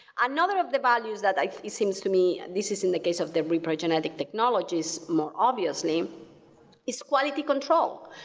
another of the values that it seems to me, this is in the case of the reprogenetic technologies more obviously, is quality control.